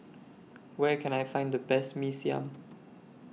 Where Can I Find The Best Mee Siam